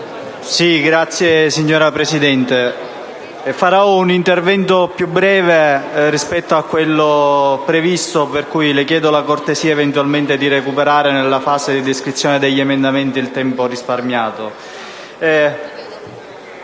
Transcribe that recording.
*(M5S)*. Signora Presidente, svolgerò un intervento più breve rispetto a quello previsto, per cui le chiedo la cortesia, eventualmente, di recuperare nella fase di illustrazione degli emendamenti il tempo risparmiato.